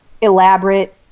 elaborate